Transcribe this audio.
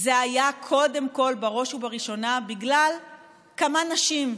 זה היה קודם כול, בראש ובראשונה, בגלל כמה נשים,